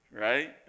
right